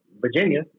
Virginia